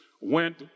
went